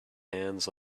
hands